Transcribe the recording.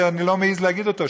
שאני לא מעז להגיד אותו,